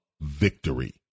victory